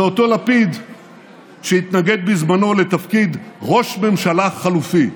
זה אותו לפיד שהתנגד בזמנו לתפקיד ראש ממשלה חלופי,